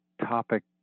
topic